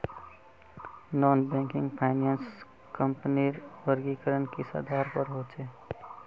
Non banking finance कंपनीर वर्गीकरण किस आधार पर होचे?